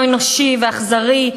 לא אנושי ואכזרי.